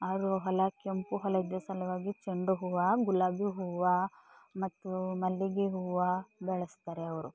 ಅವರು ಹೊಲ ಕೆಂಪು ಹೊಲದ ಸಲುವಾಗಿ ಚೆಂಡು ಹೂವು ಗುಲಾಬಿ ಹೂವು ಮತ್ತು ಮಲ್ಲಿಗೆ ಹೂವು ಬೆಳೆಸ್ತಾರೆ ಅವರು